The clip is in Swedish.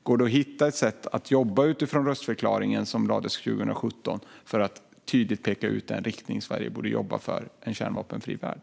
Går det att hitta ett sätt att utifrån den röstförklaring som vi avgav 2017 tydligt peka ut riktningen för Sveriges arbete för en kärnvapenfri värld?